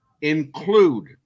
include